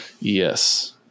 yes